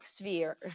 sphere